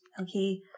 Okay